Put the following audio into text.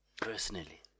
personally